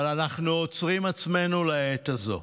אבל אנחנו עוצרים עצמנו לעת הזו.